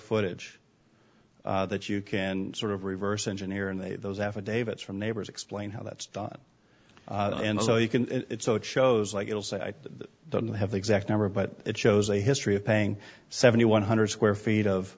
footage that you can sort of reverse engineer and they those affidavits from neighbors explain how that's done and so you can so it shows like it'll say i don't have the exact number but it shows a history of paying seventy one hundred square feet of